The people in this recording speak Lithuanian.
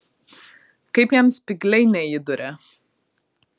kaip jam spygliai neįduria